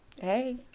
Hey